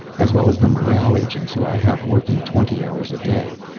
as well as the morale agents who i have working twenty hours a day.